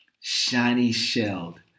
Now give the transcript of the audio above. shiny-shelled